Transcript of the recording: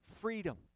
freedom